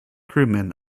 crewmen